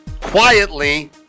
quietly